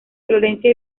florencia